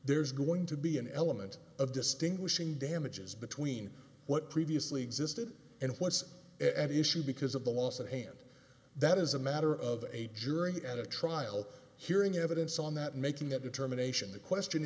there's going to be an element of distinguishing damages between what previously existed and what's at issue because of the loss of hand that is a matter of a jury without a trial hearing evidence on that making that determination the question